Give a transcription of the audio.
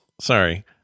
Sorry